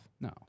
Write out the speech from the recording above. No